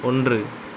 ஒன்று